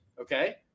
Okay